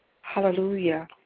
Hallelujah